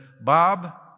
Bob